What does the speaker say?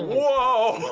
whoa!